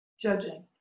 judging